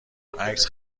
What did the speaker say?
عکس